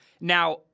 Now